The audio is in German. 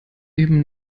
eben